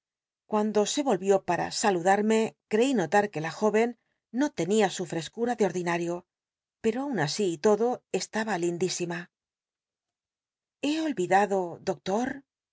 cuando se primo le y olvió para saludarme creí notar que la jó en no y tenia su frescura de ordinario pero aun así y todo estaba lindísima he olvidado doctor